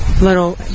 little